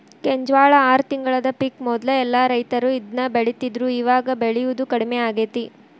ಕೆಂಜ್ವಾಳ ಆರ ತಿಂಗಳದ ಪಿಕ್ ಮೊದ್ಲ ಎಲ್ಲಾ ರೈತರು ಇದ್ನ ಬೆಳಿತಿದ್ರು ಇವಾಗ ಬೆಳಿಯುದು ಕಡ್ಮಿ ಆಗೇತಿ